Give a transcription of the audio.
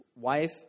wife